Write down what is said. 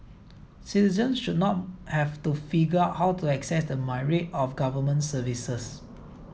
citizens should not have to figure out how to access the myriad of government services